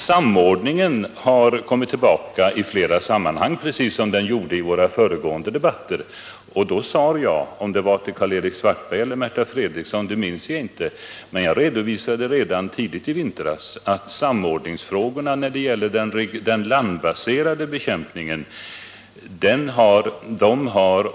Samordningsfrågan har kommit tillbaka i flera olika sammanhang, precis som den gjorde i våra föregående debatter. Jag redovisade tidigt i vintras — jag minns inte om det var för Karl-Erik Svartberg eller för Märta Fredrikson — att oljeskyddskommittén har beaktat samordningsfrågorna när det gäller den landbaserade bekämpningen.